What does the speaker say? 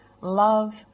love